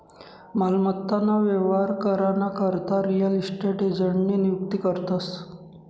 मालमत्ता ना व्यवहार करा ना करता रियल इस्टेट एजंटनी नियुक्ती करतस